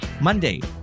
Monday